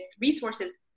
resources